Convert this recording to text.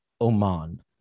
oman